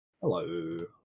Hello